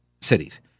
cities